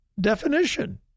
definition